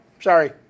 Sorry